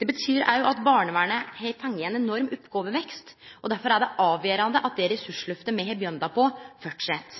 Det betyr òg at barnevernet har fått ein enorm oppgåvevekst, og derfor er det avgjerande at det ressursløftet me har begynt på, fortset.